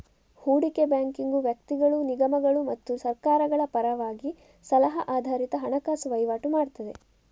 ಹೂಡಿಕೆ ಬ್ಯಾಂಕಿಂಗು ವ್ಯಕ್ತಿಗಳು, ನಿಗಮಗಳು ಮತ್ತು ಸರ್ಕಾರಗಳ ಪರವಾಗಿ ಸಲಹಾ ಆಧಾರಿತ ಹಣಕಾಸು ವೈವಾಟು ಮಾಡ್ತದೆ